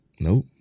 Nope